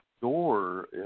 door